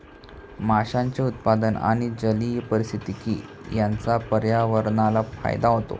माशांचे उत्पादन आणि जलीय पारिस्थितिकी यांचा पर्यावरणाला फायदा होतो